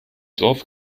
dorf